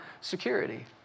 security